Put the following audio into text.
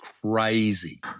crazy